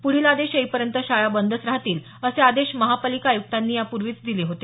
प्रढील आदेश येईपर्यंत शाळा बंदच राहतील असे आदेश महापालिका आयुक्तांनी यापूर्वीच दिले होते